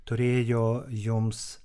turėjo joms